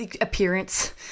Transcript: appearance